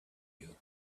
you